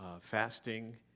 fasting